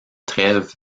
trève